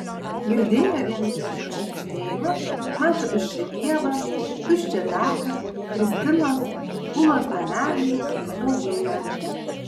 girdėjo vien žiogų čirpsėjimą matė tuščią pievą tuščią taką kristinos ulos namelį stoginę